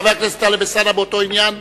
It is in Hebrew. חבר הכנסת טלב אלסאנע, באותו עניין.